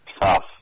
tough